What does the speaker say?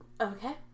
Okay